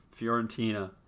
Fiorentina